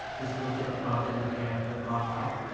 just look at the problems that we have with our heart,